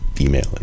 email